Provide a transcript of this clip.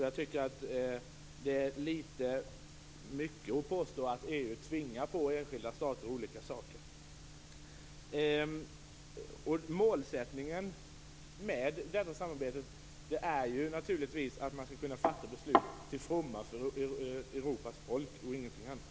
Jag tycker därför att det är att ta i litet väl mycket när man påstår att EU tvingar på enskilda stater olika saker. Målet med detta samarbete är naturligtvis att beslut skall kunna fattas till fromma för Europas folk - ingenting annat!